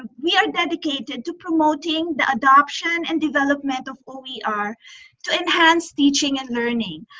we are dedicated to promoting the adoption and development of who we are to enhance teaching and learning.